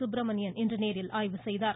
சுப்பிரமணியன் இன்று நேரில் ஆய்வு செய்தார்